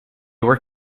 were